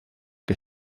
que